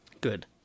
Good